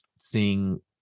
seeing